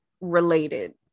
related